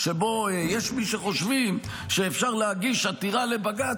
שבו יש מי שחושבים שאפשר להגיש עתירה לבג"ץ,